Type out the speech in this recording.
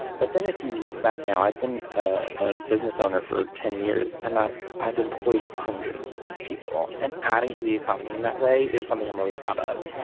but then if you look back now i've been a business owner for ten years and that i've employed hundreds of people and adding to the economy in that way is something i'm really proud of.